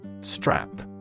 Strap